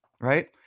right